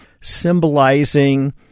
symbolizing